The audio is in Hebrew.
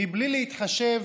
בלי להתחשב